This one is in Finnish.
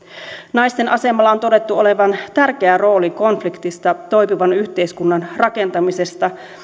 naisten asemalla on todettu olevan tärkeä rooli konfliktista toipuvan yhteiskunnan rakentamisessa